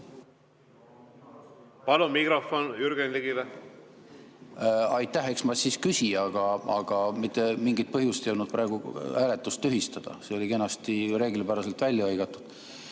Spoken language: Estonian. Palun mikrofon Jürgen Ligile! Aitäh! Eks ma siis küsin, aga mitte mingit põhjust ei olnud praegu hääletust tühistada, see oli kenasti ja reeglipäraselt välja hõigatud.